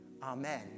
Amen